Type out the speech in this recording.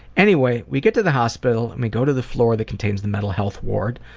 anyway, we get to the hospital, and we go to the floor that contains the mental health ward.